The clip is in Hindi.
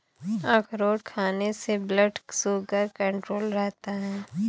अखरोट खाने से ब्लड शुगर कण्ट्रोल रहता है